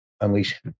unleash